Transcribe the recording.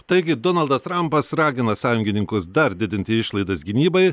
taigi donaldas trampas ragina sąjungininkus dar didinti išlaidas gynybai